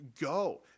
go